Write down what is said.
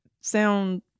sound